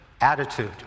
attitude